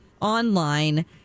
online